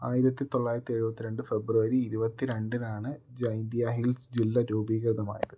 ആയിരത്തി തൊള്ളായിരത്തി എഴുപത്തി രണ്ട് ഫെബ്രുവരി ഇരുപത്തിരണ്ടിനാണ് ജയന്തിയാ ഹിൽസ് ജില്ല രൂപീകൃതമായത്